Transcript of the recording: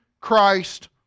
Christ